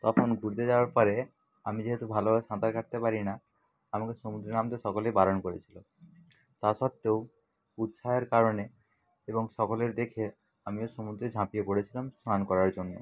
তখন ঘুরতে যাওয়ার পরে আমি যেহেতু ভালোভাবে সাঁতার কাটতে পারি না আমাকে সমুদ্রে নামতে সকলেই বারণ করেছিলো তা সত্ত্বেও উৎসাহের কারণে এবং সকলের দেখে আমিও সমুদ্রে ঝাঁপিয়ে পড়েছিলাম স্নান করার জন্য